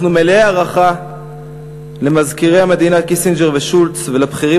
אנחנו מלאי הערכה למזכירי המדינה קיסינג'ר ושולץ ולבכירים